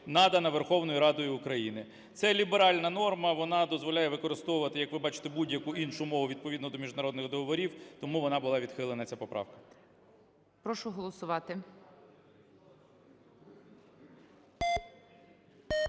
надана Верховною Радою України". Це ліберальна норма, вона дозволяє використовувати, як ви бачите, будь-яку іншу норму відповідно до міжнародних договорів. Тому вона була відхилена ця поправка.